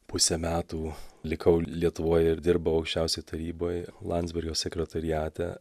pusę metų likau lietuvoj ir dirbau aukščiausioj taryboj landsbergio sekretoriate